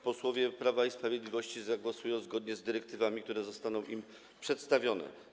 Posłowie Prawa i Sprawiedliwości zagłosują zgodnie z dyrektywami, które zostaną im przedstawione.